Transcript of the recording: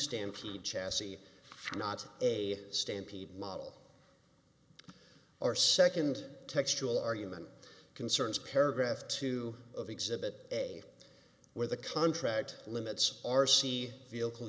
stampede chassis not a stampede model our second textual argument concerns paragraph two of exhibit a where the contract limits are c vehicle